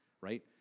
right